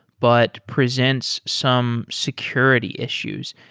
but presents some security issues.